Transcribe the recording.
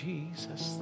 Jesus